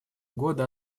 года